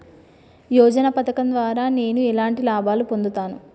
యోజన పథకం ద్వారా నేను ఎలాంటి లాభాలు పొందుతాను?